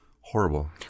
horrible